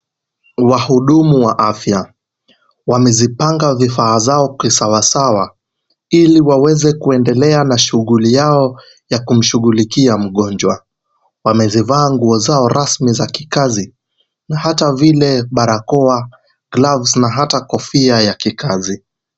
Wahudumu wa afya wamezipanga vifaa zao kisawasawa ili waweze kuendelea na shughuli yao ya kumshughulikia mgonjwa. Wamezivaa nguo zao rasmi za kikazi na hata vile barakoa, gloves na hata kofia ya kikazi.